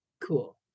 Cool